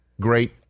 Great